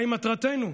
מהי מטרתנו?